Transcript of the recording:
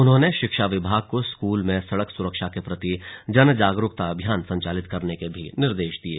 उन्होंने शिक्षा विभाग को स्कूल में सड़क सुरक्षा के प्रति जन जागरूकता अभियान संचालित करने के भी निर्देश दिये